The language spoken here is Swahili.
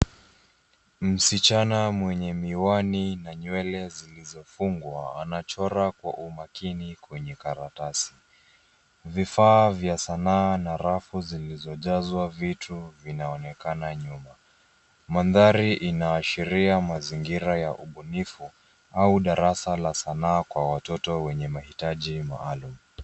Msichana mwenye miwani na nywele zilizofungwa anachora kwa umakini kwenye karatasi. Vifaa vya sanaa na rafu zilizojazwa vitu vinaonekana nyuma. Mandhari inaashiria mazingira ya ubunifu au darasa la sanaa kwa watoto wenye mahitaji maalum.